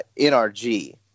nrg